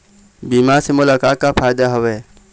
बीमा से मोला का का फायदा हवए?